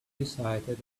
recited